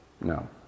no